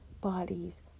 bodies